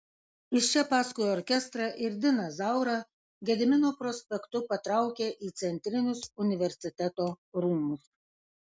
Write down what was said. iš čia paskui orkestrą ir diną zaurą gedimino prospektu patraukė į centrinius universiteto rūmus